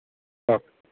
okay